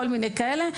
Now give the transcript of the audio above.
כל מיני דברים כאלה.